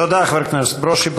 תודה, חבר הכנסת ברושי.